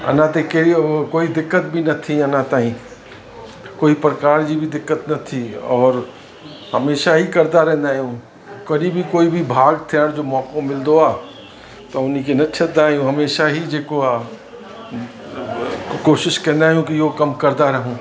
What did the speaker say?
अञा ताईं कहिड़ी कोई दिक़त बि न थी अञा ताईं कोई प्रकार जी बि दिक़त न थी और हमेशा ई कंदा रहंदा आहियूं कॾहिं बि कोई बि भाग थियण जो मौक़ो मिलंदो आहे त उन खे न छॾंदा आहियूं हमेशा ई जेको आहे कोशिशि कंदा आहियूं की इहो कमु क्दाम रहूं